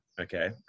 okay